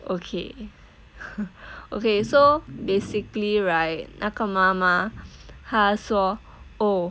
okay okay so basically right 那个妈妈她说 oh